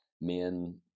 men